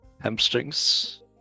hamstrings